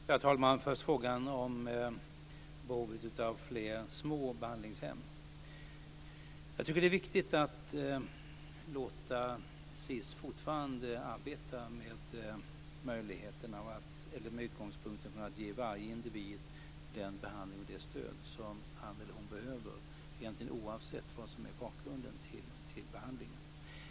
Herr talman! Först kommenterar jag frågan om behovet av fler små behandlingshem. Jag tycker att det är viktigt att låta SiS fortsätta att arbeta från utgångspunkten att ge varje individ den behandling och det stöd som han eller hon behöver, oavsett vad som är bakgrunden till behandlingen.